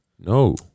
No